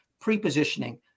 pre-positioning